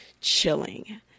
chilling